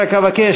אני רק אבקש,